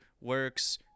works